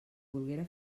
volguera